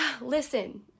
listen